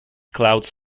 clouds